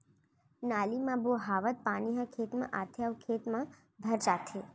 नाली म बोहावत पानी ह खेत म आथे अउ खेत म भर जाथे